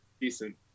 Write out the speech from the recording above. decent